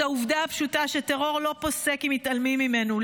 העובדה הפשוטה שטרור לא פוסק אם מתעלמים ממנו,